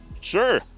Sure